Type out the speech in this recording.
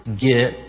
get